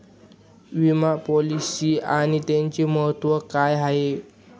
विमा पॉलिसी आणि त्याचे महत्व काय आहे?